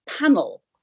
panel